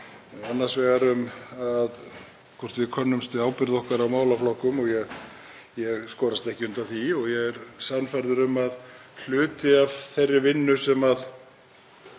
Annars vegar það hvort við könnumst við ábyrgð okkar á málaflokkum og ég skorast ekki undan því. Ég er sannfærður um að hluti af þeirri vinnu sem